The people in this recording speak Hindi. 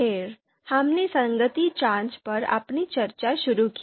फिर हमने संगति जाँच पर अपनी चर्चा शुरू की